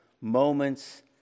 moments